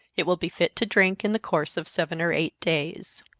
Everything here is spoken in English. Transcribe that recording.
it will be fit to drink in the course of seven or eight days.